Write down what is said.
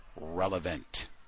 relevant